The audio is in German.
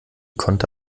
konnte